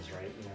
right